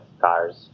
cars